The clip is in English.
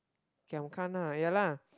giam gana ya lah